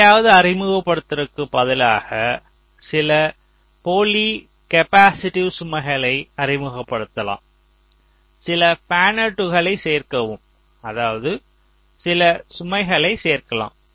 எதையவது அறிமுகப்படுத்துவதற்குப் பதிலாக சில போலி கேப்பாசிட்டிவ் சுமைகளை அறிமுகப்படுத்தலாம் சில பேன்அவுட்களை சேர்க்கவும் அதாவது சில சுமைகளை சேர்க்கலாம்